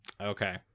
Okay